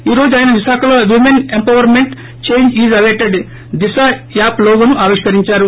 ఈ రోజు ఆయన విశాఖలో women empowerment change is updated Disha app లోగోను ఆవిష్కరించారు